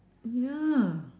ya